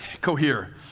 cohere